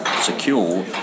secure